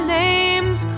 named